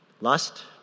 lust